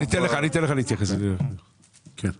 אני